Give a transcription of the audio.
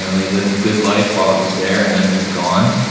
ah they lived the good life while it was there, and then it was gone.